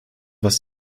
was